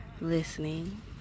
listening